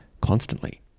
Constantly